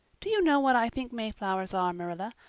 do you know what i think mayflowers are, marilla?